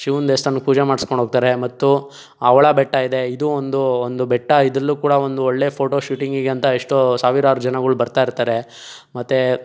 ಶಿವನ ದೇವಸ್ಥಾನಕ್ಕೆ ಪೂಜೆ ಮಾಡ್ಸ್ಕೊಂಡು ಹೋಗ್ತಾರೆ ಮತ್ತು ಅವಳ ಬೆಟ್ಟ ಇದೆ ಇದು ಒಂದು ಒಂದು ಬೆಟ್ಟ ಇದರಲ್ಲೂ ಕೂಡ ಒಂದು ಒಳ್ಳೆಯ ಫೋಟೋ ಶೂಟಿಂಗಿಗೆ ಅಂತ ಎಷ್ಟೋ ಸಾವಿರಾರು ಜನಗಳು ಬರ್ತಾಯಿರ್ತಾರೆ ಮತ್ತೆ